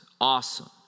Awesome